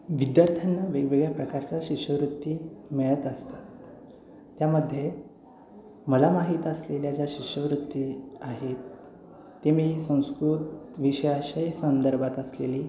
विद्यार्थ्यांना वेगवेगळ्या प्रकारच्या शिष्यवृत्ती मिळत असतात त्यामध्ये मला माहीत असलेल्या ज्या शिष्यवृत्ती आहेत ते मी संस्कृत विषयाशी संदर्भात असलेली